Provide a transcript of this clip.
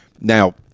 Now